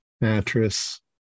mattress